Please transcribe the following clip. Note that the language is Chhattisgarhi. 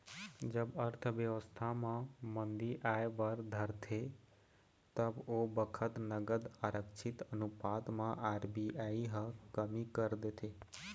जब अर्थबेवस्था म मंदी आय बर धरथे तब ओ बखत नगद आरक्छित अनुपात म आर.बी.आई ह कमी कर देथे